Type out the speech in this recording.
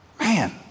man